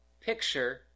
picture